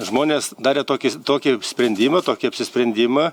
žmonės darė tokį tokį sprendimą tokį apsisprendimą